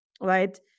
right